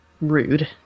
rude